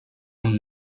amb